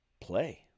play